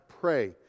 pray